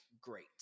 great